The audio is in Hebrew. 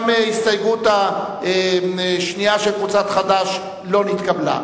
גם ההסתייגות השנייה של קבוצת חד"ש לא נתקבלה.